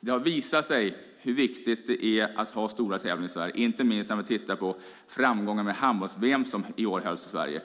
Det har visat sig hur viktigt det är att ha stora tävlingar i Sverige. Inte minst gäller det framgångarna med handbolls-VM, som hölls i Sverige i år.